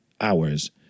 hours